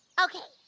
okay.